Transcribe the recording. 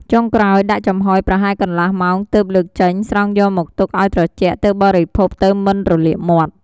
ចុងក្រោយដាក់ចំហុយ ប្រហែលកន្លះម៉ោង ទើបលើកចេញ ស្រង់យកមកទុកឱ្យត្រជាក់ ទើបបរិភោគទៅមិនរលាកមាត់។